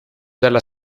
della